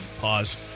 Pause